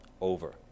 over